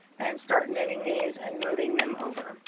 and start knitting these and moving them over,